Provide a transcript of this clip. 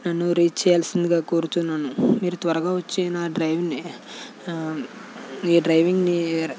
నన్ను రీచ్ చెయ్యాల్సిందిగా కోరుతున్నాను మీరు త్వరగా వచ్చి నా డ్రైవింగ్ని మీ డ్రైవింగ్ని